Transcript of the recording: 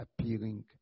appearing